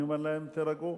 אני אומר להם: תירגעו.